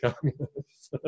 communists